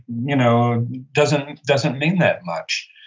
you know doesn't doesn't mean that much.